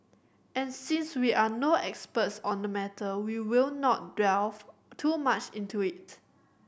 and since we are no experts on the matter we will not delve too much into it